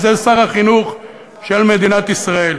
וזה שר החינוך של מדינת ישראל.